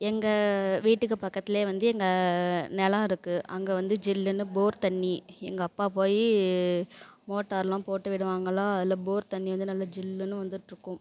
எங்கள் வீட்டுக்கு பக்கத்தில் வந்து எங்கள் நிலம் இருக்குது அங்கே வந்து ஜில்லுன்னு போர் தண்ணி எங்கள் அப்பா போய் மோட்டார்லாம் போட்டு விடுவாங்களா அதில் போர் தண்ணி வந்து நல்ல ஜில்லுன்னு வந்துட்டுருக்கும்